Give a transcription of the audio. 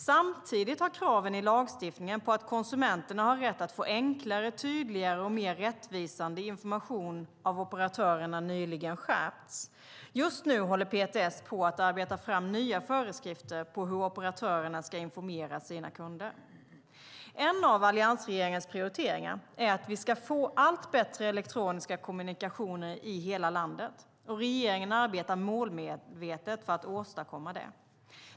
Samtidigt har kraven i lagstiftningen på att konsumenterna har rätt att få enklare, tydligare och mer rättvisande information av operatörerna nyligen skärpts. Just nu håller PTS på att arbeta fram nya föreskrifter för hur operatörerna ska informera sina kunder. En av alliansregeringens prioriteringar är att vi ska få allt bättre elektroniska kommunikationer i hela landet, och regeringen arbetar målmedvetet för att åstadkomma detta.